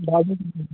ॾाढी